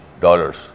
dollars